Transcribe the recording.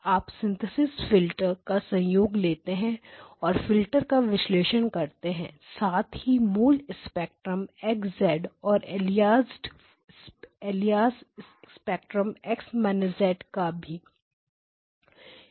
आप synthesis filter का संयोग लेते हैं और फिल्टर का विश्लेषण करते हैं साथ ही मूल स्पेक्ट्रम X और अलियास स्पेक्ट्रम X का भी